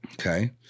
Okay